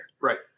Right